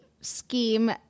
scheme